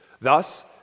Thus